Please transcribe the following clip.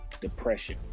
depression